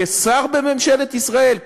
כשר בממשלת ישראל,